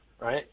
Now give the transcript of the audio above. right